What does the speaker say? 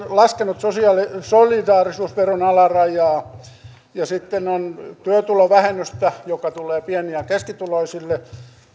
laskenut solidaarisuusveron alarajaa ja sitten on työtulovähennystä joka tulee pieni ja keskituloisille